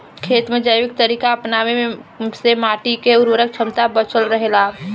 खेत में जैविक तरीका अपनावे से माटी के उर्वरक क्षमता बचल रहे ला